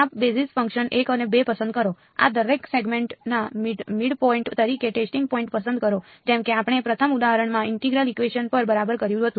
આ basis function 1 અને 2 પસંદ કરો આ દરેક સેગમેન્ટના મિડપોઈન્ટ તરીકે ટેસ્ટિંગ પોઈન્ટ પસંદ કરો જેમ કે આપણે પ્રથમ ઉદાહરણમાં ઈન્ટિગ્રલ ઇકવેશન પર બરાબર કર્યું હતું